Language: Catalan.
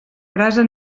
brasa